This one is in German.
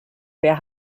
wer